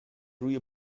روی